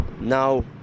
Now